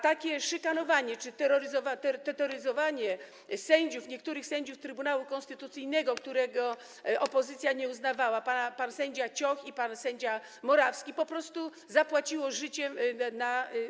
Takie szykanowanie czy terroryzowanie sędziów - niektórych sędziów - Trybunału Konstytucyjnego, którego opozycja nie uznawała, pan sędzia Cioch i pan sędzia Morawski przypłacili życiem.